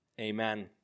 Amen